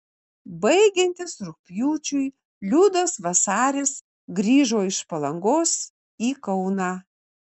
baigiantis rugpjūčiui liudas vasaris grįžo iš palangos į kauną